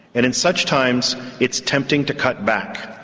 and in such times it's tempting to cut back.